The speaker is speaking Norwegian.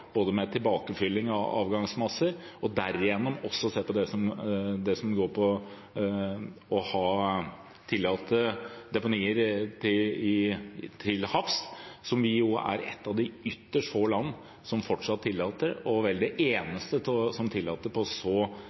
med tanke på tilbakefylling av avgangsmasser. Derigjennom kan vi også se på det som går på å tillate deponier til havs, som vi er et av de ytterst få land som fortsatt tillater, og vel det eneste som tillater det på